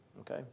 okay